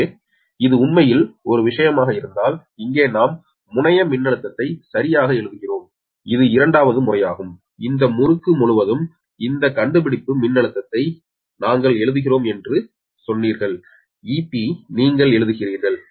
எனவே இது உண்மையில் ஒரு விஷயமாக இருந்தால் இங்கே நாம் முனைய மின்னழுத்தத்தை சரியாக எழுதுகிறோம் இது இரண்டாவது முறையாகும் இந்த முறுக்கு முழுவதும் இந்த கண்டுபிடிப்பு மின்னழுத்தத்தை நாங்கள் எழுதுகிறோம் என்று சொன்னீர்கள் 𝑬𝒑 நீங்கள் எழுதுகிறீர்கள்